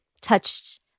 touched